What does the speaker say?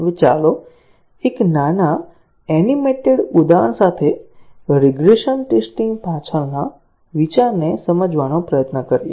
હવે ચાલો એક નાના એનિમેટેડ ઉદાહરણ સાથે રીગ્રેસન ટેસ્ટીંગ પાછળના વિચારને સમજવાનો પ્રયત્ન કરીએ